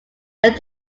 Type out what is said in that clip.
could